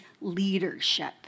leadership